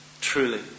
Truly